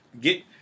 Get